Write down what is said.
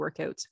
workouts